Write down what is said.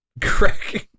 Cracking